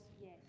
Yes